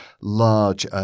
large